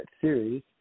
series